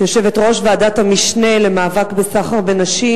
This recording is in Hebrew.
כיושבת-ראש ועדת המשנה למאבק בסחר בנשים